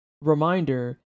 reminder